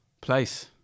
Place